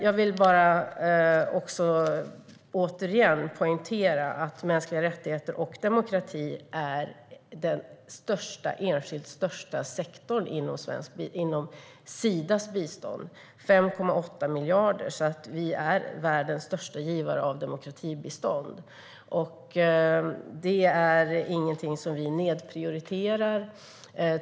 Jag vill återigen poängtera att mänskliga rättigheter och demokrati är den enskilt största sektorn inom Sidas bistånd - 5,8 miljarder. Vi är alltså världens största givare av demokratibistånd. Det är ingenting som vi nedprioriterar.